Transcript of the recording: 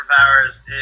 superpowers